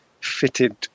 fitted